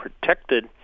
protected